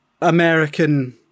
American